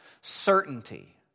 Certainty